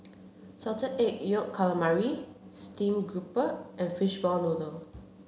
salted egg yolk calamari steamed grouper and fishball noodle